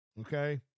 okay